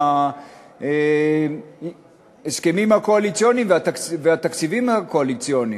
ההסכמים הקואליציוניים והתקציבים הקואליציוניים.